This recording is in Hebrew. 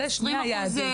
אלה שני היעדים.